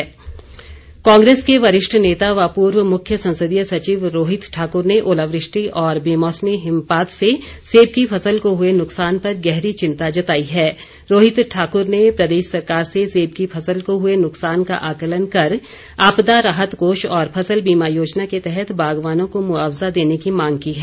रोहित ठाकुर कांग्रेस के वरिष्ठ नेता व पूर्व मुख्य संसदीय सचिव रोहित ठाकुर ने ओलावृष्टि और बेमौसमी हिमपात से सेब की फसल को हुए नुकसान पर गहरी चिंता जताई हैं रोहित ठाकुर ने प्रदेश सरकार से सेब की फसल को हुए नुकसान का आंकलन कर आपदा राहत कोष और फसल बीमा योजना के तहत बागवानों को मुआवजा देने की मांग की है